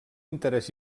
interès